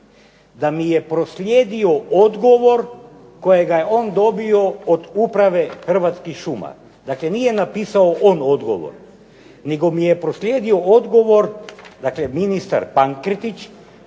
da mi je proslijedio odgovor kojega je on dobio od Uprave Hrvatskih šuma. Dakle, nije napisao on odgovor, nego mi je proslijedio odgovor, dakle ministar Pankretić